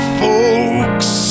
folks